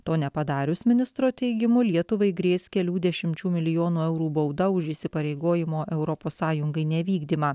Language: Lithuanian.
to nepadarius ministro teigimu lietuvai grės kelių dešimčių milijonų eurų bauda už įsipareigojimo europos sąjungai nevykdymą